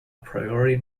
priori